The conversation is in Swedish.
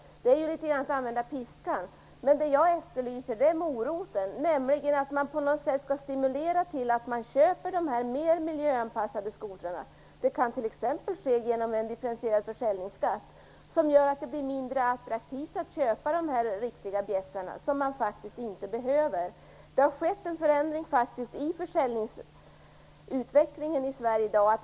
Det är ju litet grand att använda piska. Men vad jag efterlyser är moroten, nämligen att man skall stimulera köp av mer miljöanpassade skotrar. Det kan t.ex. ske genom en differentierad försäljningsskatt, som gör det mindre attraktivt att köpa de riktiga bjässarna som faktiskt inte behövs. Det har faktiskt skett en förändring i försäljningsutvecklingen i Sverige.